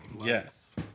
Yes